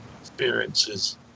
experiences